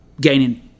gaining